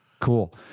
Cool